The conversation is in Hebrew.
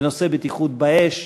בנושא בטיחות באש,